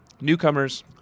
newcomers